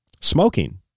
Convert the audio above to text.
Smoking